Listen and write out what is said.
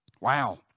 Wow